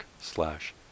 slash